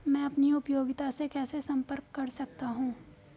मैं अपनी उपयोगिता से कैसे संपर्क कर सकता हूँ?